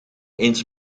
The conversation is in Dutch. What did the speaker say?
eens